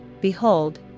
behold